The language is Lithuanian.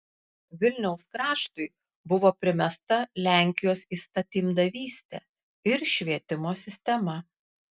vilniaus kraštui buvo primesta lenkijos įstatymdavystė ir švietimo sistema